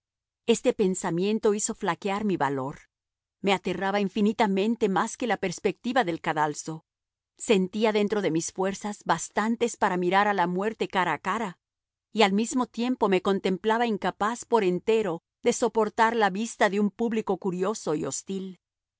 este pensamiento hizo flaquear mi valor me aterraba infinitamente más que la perspectiva del cadalso sentía dentro de mí fuerzas bastantes para mirar a la muerte cara a cara y al mismo tiempo me contemplaba incapaz por entero de soportar la vista de un público curioso y hostil